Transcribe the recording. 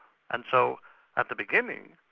and so at the beginning,